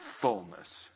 fullness